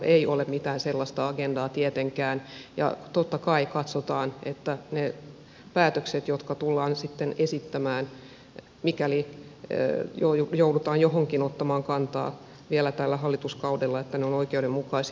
ei ole mitään sellaista agendaa tietenkään ja totta kai katsotaan että ne päätökset jotka tullaan sitten esittämään mikäli joudutaan johonkin ottamaan kantaa vielä tällä hallituskaudella ovat oikeudenmukaisia